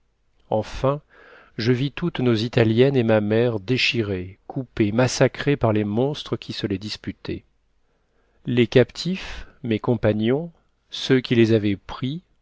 enfin je vis toutes nos italiennes et ma mère déchirées coupées massacrées par les monstres qui se les disputaient les captifs mes compagnons ceux qui les avaient pris